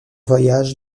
voyages